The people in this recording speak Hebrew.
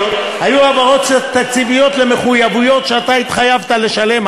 היו העברות תקציביות למחויבויות שאתה התחייבת לשלם,